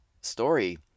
story